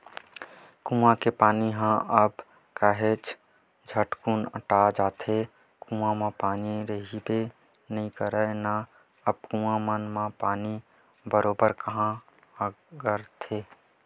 कुँआ के पानी ह अब काहेच झटकुन अटा जाथे, कुँआ म पानी रहिबे नइ करय ना अब कुँआ मन म पानी बरोबर काँहा ओगरथे